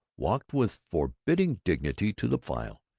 walked with forbidding dignity to the file,